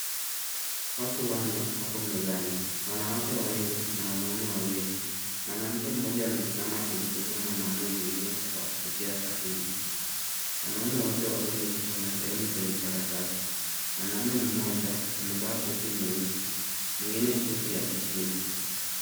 Watu wanne, wapo mezani, wanawake wawili na wanaume wawili, mwanamke mmoja amesimama akimsaidia mwanamume mwingine kutia saini, wanaume wote wawili wanasaini kwenye karatasi, mwanamume mmoja amevaa suti nyeusi, mwingine suti ya kijivu.